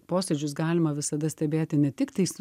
posėdžius galima visada stebėti ne tiktais